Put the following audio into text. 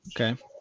Okay